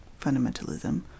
fundamentalism